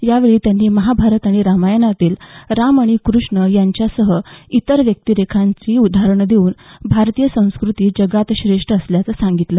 यावेळी त्यांनी महाभारत आणि रामायणातील राम आणि कृष्ण यांच्यासह इतर व्यक्तिरेखांची उदाहरणं देऊन भारतीय संस्कृती जगात श्रेष्ठ असल्याचं सांगितलं